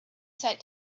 sat